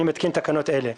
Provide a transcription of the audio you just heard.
אני מתקין תקנות אלה: